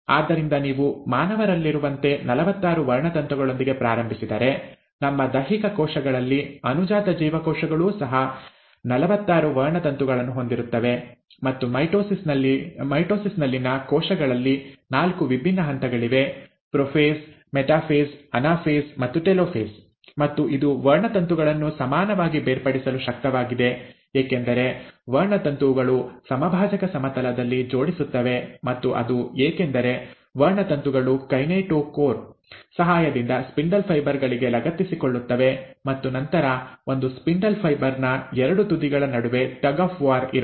ಆದ್ದರಿಂದ ನೀವು ಮಾನವರಲ್ಲಿರುವಂತೆ ನಲವತ್ತಾರು ವರ್ಣತಂತುಗಳೊಂದಿಗೆ ಪ್ರಾರಂಭಿಸಿದರೆ ನಮ್ಮ ದೈಹಿಕ ಕೋಶಗಳಲ್ಲಿ ಅನುಜಾತ ಜೀವಕೋಶಗಳೂ ಸಹ ನಲವತ್ತಾರು ವರ್ಣತಂತುಗಳನ್ನು ಹೊಂದಿರುತ್ತವೆ ಮತ್ತು ಮೈಟೊಸಿಸ್ ನಲ್ಲಿನ ಕೋಶಗಳಲ್ಲಿ ನಾಲ್ಕು ವಿಭಿನ್ನ ಹಂತಗಳಿವೆ ಪ್ರೊಫೇಸ್ ಮೆಟಾಫೇಸ್ ಅನಾಫೇಸ್ ಮತ್ತು ಟೆಲೋಫೇಸ್ ಮತ್ತು ಇದು ವರ್ಣತಂತುಗಳನ್ನು ಸಮಾನವಾಗಿ ಬೇರ್ಪಡಿಸಲು ಶಕ್ತವಾಗಿದೆ ಏಕೆಂದರೆ ವರ್ಣತಂತುಗಳು ಸಮಭಾಜಕ ಸಮತಲದಲ್ಲಿ ಜೋಡಿಸುತ್ತವೆ ಮತ್ತು ಅದು ಏಕೆಂದರೆ ವರ್ಣತಂತುಗಳು ಕೈನೆಟೋಕೋರ್ ಸಹಾಯದಿಂದ ಸ್ಪಿಂಡಲ್ ಫೈಬರ್ ಗಳಿಗೆ ಲಗತ್ತಿಸಿಕೊಳ್ಳುತ್ತವೆ ಮತ್ತು ನಂತರ ಒಂದು ಸ್ಪಿಂಡಲ್ ಫೈಬರ್ ನ ಎರಡು ತುದಿಗಳ ನಡುವೆ ಟಗ್ ಆಫ್ ವಾರ್ ಇರುತ್ತದೆ